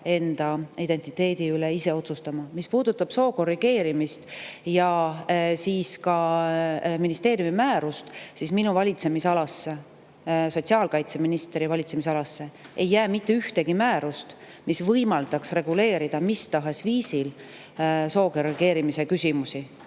enda identiteedi üle ise otsustama. Mis puudutab soo korrigeerimist ja ministeeriumi määrust, siis minu, sotsiaalkaitseministri valitsemisalasse ei jää mitte ühtegi määrust, mis võimaldaks reguleerida mis tahes viisil soo korrigeerimise küsimusi.